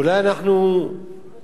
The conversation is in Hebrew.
אולי אנחנו קצת